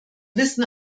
wissen